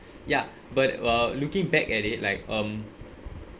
ya but uh looking back at it like um